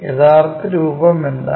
യഥാർത്ഥ രൂപം എന്താണ്